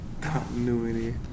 Continuity